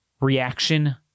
reaction